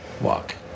walk